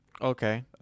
Okay